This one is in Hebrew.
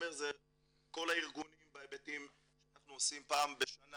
כל הארגונים בהיבטים שאנחנו עושים פעם בשנה